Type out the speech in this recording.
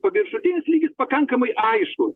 paviršutinis lygis pakankamai aiškus